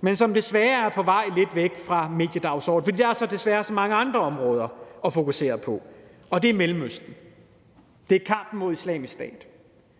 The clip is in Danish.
men som desværre er på vej lidt væk fra mediedagsordenen, fordi der desværre er så mange andre områder at fokusere på, og det er Mellemøsten. Det er kampen mod Islamisk Stat,